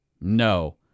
No